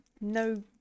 No